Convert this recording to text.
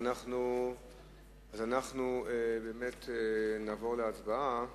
אז אנחנו באמת נעבור להצבעה.